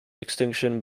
extinction